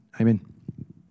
Amen